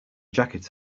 jacket